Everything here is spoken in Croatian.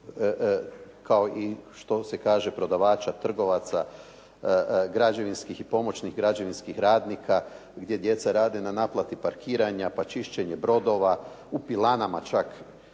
kao i što se kaže prodavača, trgovaca, građevinskih i pomoćnih građevinskih radnika gdje djeca rade na naplati parkiranja, pa čišćenje brodova, u pilanama čak